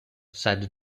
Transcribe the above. said